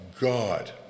God